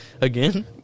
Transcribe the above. Again